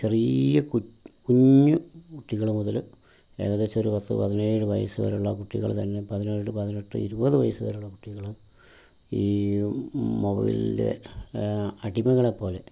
ചെറിയ കു കുഞ്ഞ് കുട്ടികൾ മുതൽ ഏകദേശം ഒരു പത്ത് പതിനേഴ് വയസ്സ് വരെയുള്ള കുട്ടികൾ തന്നെ പതിനാറ് പതിനേഴ് ഇരുപത് വയസ്സുള്ള കുട്ടികൾ ഈ മൊബൈലിൻ്റെ അടിമകളെപ്പോലെ